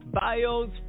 Bios